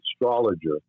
Astrologer